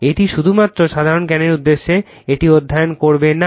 এটি শুধুমাত্র সাধারণ জ্ঞানের উদ্দেশ্যে এটি অধ্যয়ন করবে না